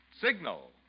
Signal